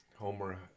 Homer